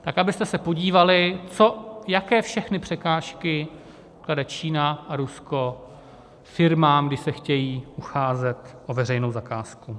Tak abyste se podívali, jaké všechny překážky klade Čína a Rusko firmám, když se chtějí ucházet o veřejnou zakázku.